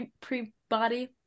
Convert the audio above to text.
pre-body